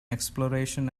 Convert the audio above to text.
exploration